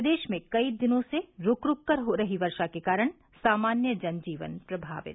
प्रदेश में कई दिनों से रूक रूक कर हो रही वर्षा के कारण सामान्य जन जीवन प्रभावित